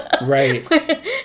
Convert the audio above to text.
Right